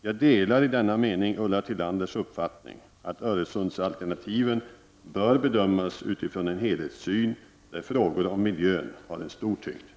Jag delar i denna mening Ulla Tillanders uppfattning att Öresundsalternativen bör bedömas utifrån en helhetssyn där frågor om miljön har en stor tyngd.